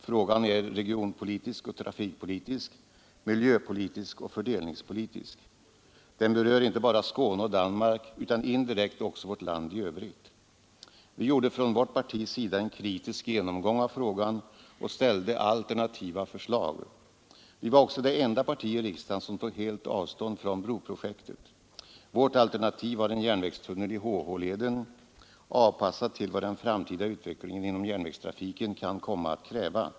Frågan är regionpolitisk och trafikpolitisk, miljöpolitisk och fördelningspolitisk. Den berör inte bara Skåne och Danmark utan indirekt också vårt land i övrigt. Vi gjorde från vårt partis sida en kritisk genomgång av frågan och framställde alternativa förslag. Vi var också det enda parti i riksdagen som tog helt avstånd från broprojektet. Vårt alternativ var en järnvägstunnel i HH-leden, avpassad efter vad den framtida utvecklingen inom järnvägstrafiken kan komma att kräva.